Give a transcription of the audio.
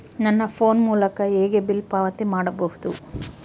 ನನ್ನ ಫೋನ್ ಮೂಲಕ ಹೇಗೆ ಬಿಲ್ ಪಾವತಿ ಮಾಡಬಹುದು?